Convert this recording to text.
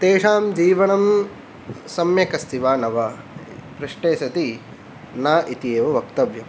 तेषां जीवनं सम्यक् अस्ति वा न वा पृष्टे सति न इति एव वक्तव्यं